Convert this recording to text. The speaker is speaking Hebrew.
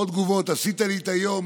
עוד תגובה: עשית לי את היום.